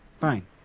fine